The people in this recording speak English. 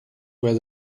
where